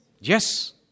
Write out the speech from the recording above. Yes